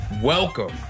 Welcome